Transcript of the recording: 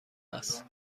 است